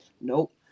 nope